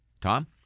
Tom